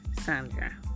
Sandra